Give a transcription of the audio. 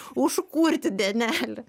užkurti dienelę